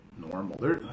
normal